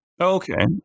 Okay